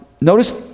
notice